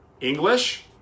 English